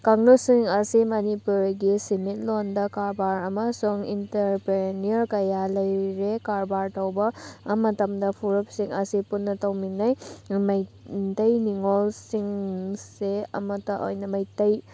ꯀꯥꯡꯂꯨꯞꯁꯤꯡ ꯑꯁꯤ ꯃꯅꯤꯄꯨꯔꯤꯒꯤ ꯁꯤꯟꯃꯤꯠꯂꯣꯟꯗ ꯀꯔꯕꯥꯔ ꯑꯃꯁꯨꯡ ꯏꯟꯇꯔꯄ꯭ꯔꯦꯅꯤꯌꯣꯔ ꯀꯌꯥ ꯂꯩꯔꯦ ꯀꯔꯕꯥꯔ ꯇꯧꯕ ꯃꯇꯝꯗ ꯐꯨꯔꯨꯞꯁꯤꯡ ꯑꯁꯤ ꯄꯨꯟꯅ ꯇꯧꯃꯤꯟꯅꯩ ꯃꯩꯇꯩ ꯅꯤꯡꯉꯣꯜ ꯁꯤꯡꯁꯦ ꯑꯃꯇ ꯑꯣꯏꯅ ꯃꯩꯇꯩ